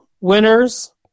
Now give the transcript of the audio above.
winners